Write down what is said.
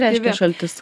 reiškia šaltis